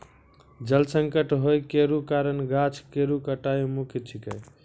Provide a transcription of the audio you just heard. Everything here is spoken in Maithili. जल संकट होय केरो कारण गाछ केरो कटाई मुख्य छिकै